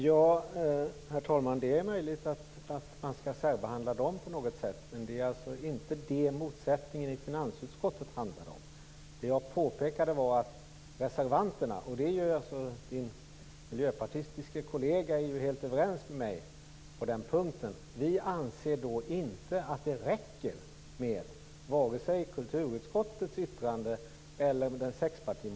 Herr talman! Det är möjligt att man skall särbehandla dem på något sätt. Men det är inte det motsättningen i finansutskottet handlar om. Jag påpekade att reservanterna, och Ewa Larssons miljöpartistiske kollega är ju helt överens med mig på den punkten, anser att det inte räcker med vare sig kulturutskottets yttrande eller sexpartimotionen.